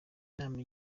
nama